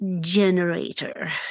generator